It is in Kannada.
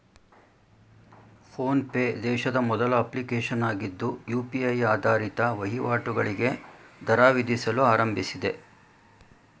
ಫೋನ್ ಪೆ ದೇಶದ ಮೊದಲ ಅಪ್ಲಿಕೇಶನ್ ಆಗಿದ್ದು ಯು.ಪಿ.ಐ ಆಧಾರಿತ ವಹಿವಾಟುಗಳಿಗೆ ದರ ವಿಧಿಸಲು ಆರಂಭಿಸಿದೆ